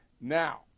Now